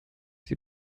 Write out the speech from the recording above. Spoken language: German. sie